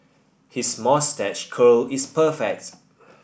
his moustache curl is perfect